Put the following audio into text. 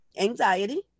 anxiety